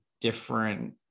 different